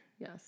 Yes